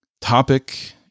topic